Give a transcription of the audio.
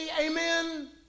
amen